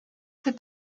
fait